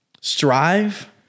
strive